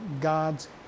God's